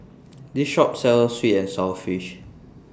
This Shop sells Sweet and Sour Fish